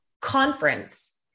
conference